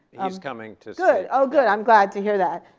he's coming to good, oh good, i'm glad to hear that.